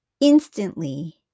instantly